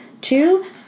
Two